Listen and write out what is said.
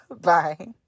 bye